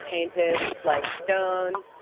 painted like stone.